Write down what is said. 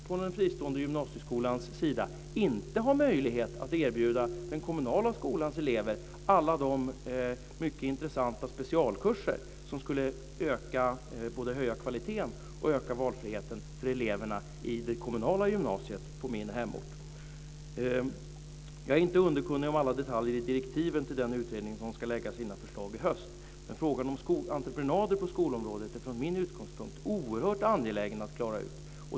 Från den fristående gymnasieskolans sida har vi tyvärr inte möjlighet att erbjuda den kommunala skolans elever alla de mycket intressanta specialkurser som både skulle höja kvaliteten och öka valfriheten för eleverna i det kommunala gymnasiet på min hemort. Jag är inte underkunnig om alla detaljer i direktivet till den utredning som ska lägga fram sina förslag i höst. Men frågan om entreprenader på skolområdet är från min utgångspunkt oerhört angelägen att klara ut.